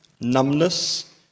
numbness